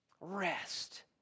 rest